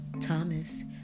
Thomas